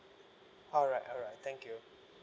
alright alright thank you